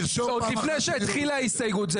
עוד לפני שהתחילה ההסתייגות --- אז אני לא בסדר,